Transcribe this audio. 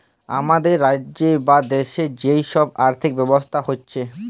হামাদের রাজ্যের বা দ্যাশের যে সব আর্থিক ব্যবস্থা হচ্যে